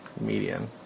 median